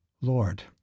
Lord